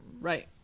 Right